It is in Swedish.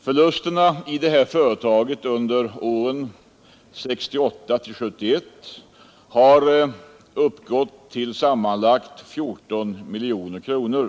Förlusterna i företaget under åren 1968-1971 har uppgått till sammanlagt 14 miljoner kronor.